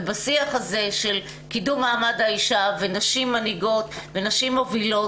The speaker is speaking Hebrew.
בשיח הזה של קידום מעמד האישה ונשים מנהיגות ונשים מובילות,